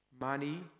money